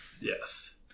Yes